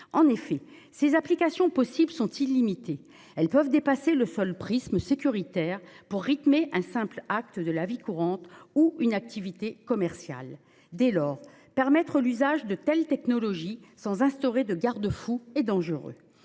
En effet, ses applications possibles sont illimitées : elles peuvent dépasser le seul prisme sécuritaire pour rythmer un simple acte de la vie courante ou une activité commerciale. Dès lors, permettre l'usage de telles technologies sans instaurer de garde-fous est dangereux.